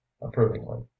approvingly